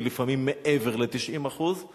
ולפעמים מעבר ל-90%;